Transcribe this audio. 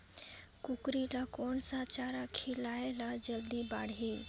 कूकरी ल कोन सा चारा खिलाय ल जल्दी बाड़ही?